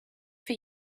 for